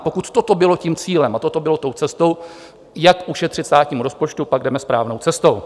Pokud toto bylo tím cílem a toto bylo tou cestou, jak ušetřit státnímu rozpočtu, pak jdeme správnou cestou.